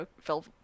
fell